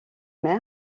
mer